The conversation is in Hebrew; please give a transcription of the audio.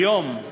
כיום,